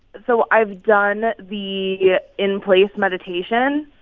so i've done the yeah in-place meditation,